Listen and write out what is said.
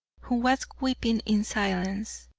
who was weeping in silence.